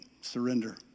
surrender